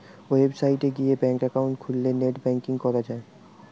website গিয়ে bank account খুললে net banking করা যায়